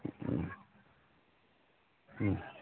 ꯎꯝ ꯎꯝ ꯎꯝ